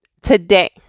today